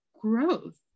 growth